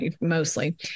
mostly